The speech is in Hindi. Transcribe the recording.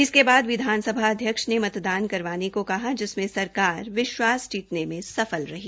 इसके बाद विधानसभा अध्यक्ष ने मतदान करवाने का कहा जिसमें सरकार विश्वास जीतने में सफल रही